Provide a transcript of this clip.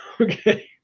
okay